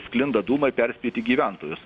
sklinda dūmai perspėti gyventojus